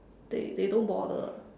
they they don't bother